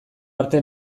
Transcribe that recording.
arte